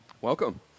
welcome